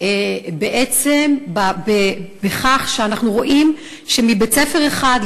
כי אנחנו רואים שמבית-ספר אחד,